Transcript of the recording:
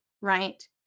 Right